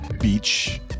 beach